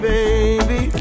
Baby